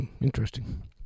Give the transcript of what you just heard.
interesting